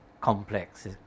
complex